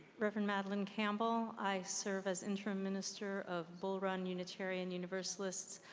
reverend madelyn campbell. i serve as interim minister of bull run unitarian universalist.